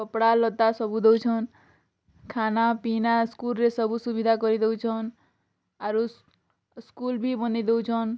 କପଡ଼ା ଲତା ସବୁ ଦେଉଛନ୍ ଖାନାପିନା ସ୍କୁଲ୍ରେ ସବୁ ସୁବିଧା କରିଦେଉଛନ୍ ଆରୁ ସ୍କୁଲ୍ ବି ବନେଇ ଦେଉଛନ୍